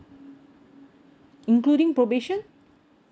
including probation